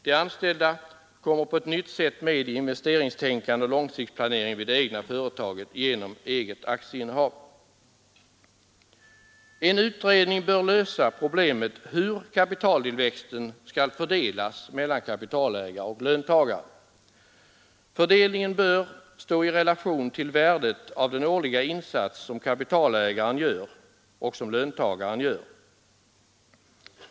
De anställda kommer på ett nytt sätt med i investeringstänkande och långsiktsplanering vid det egna företaget genom eget aktieinnehav. En utredning bör lösa problemet hur kapitaltillväxten skall fördelas mellan kapitalägare och löntagare. Fördelningen bör stå i relation till värdet av den årliga insats som kapitalägaren gör och som löntagaren gör.